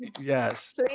Yes